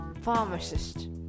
pharmacist